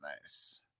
Nice